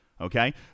Okay